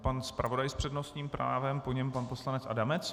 Pan zpravodaj s přednostním právem, po něm pan poslanec Adamec.